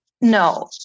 No